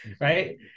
Right